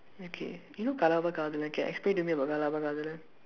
okay you know Kalaba Kadhala can explain to me about Kalaba Kadhala